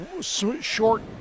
short